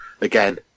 again